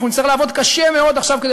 אנחנו נצטרך לעבוד קשה מאוד עכשיו כדי